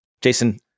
Jason